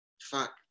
Fuck